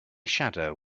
shadow